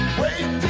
wait